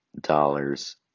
dollars